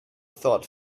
thought